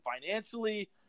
financially